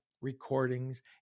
recordings